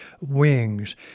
Wings